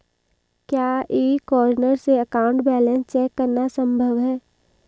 क्या e corner से account balance check करना संभव है?